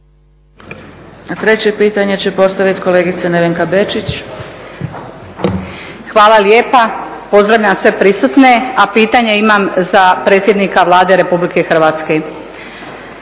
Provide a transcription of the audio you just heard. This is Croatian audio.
Treće pitanje će postaviti kolegica Nevenka Bečić. **Bečić, Nevenka (HGS)** Hvala lijepa. Pozdravljam sve prisutne, a pitanje imam za predsjednika Vlade Republike Hrvatske.